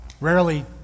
rarely